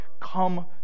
come